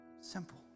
Simple